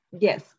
yes